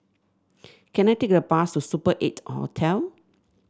can I take a bus to Super Eight Hotel